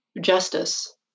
justice